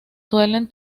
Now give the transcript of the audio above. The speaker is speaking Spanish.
suelen